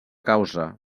causa